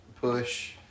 push